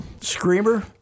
screamer